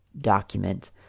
document